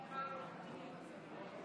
55 חברי כנסת בעד,